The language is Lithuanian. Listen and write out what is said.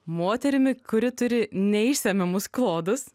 moterimi kuri turi neišsemiamus klodus